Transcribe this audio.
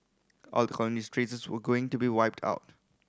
all the colonial traces were going to be wiped out